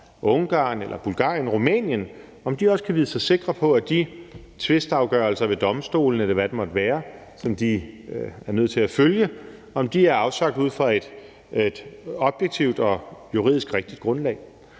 Ungarn eller Bulgarien og Rumænien, også kan vide sig sikre på, at de tvistafgørelser ved domstolen, eller hvad det måtte være, som de er nødt til at følge, er afsagt ud fra et objektivt og juridisk rigtigt grundlag.